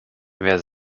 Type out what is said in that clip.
wer